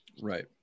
Right